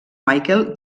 michael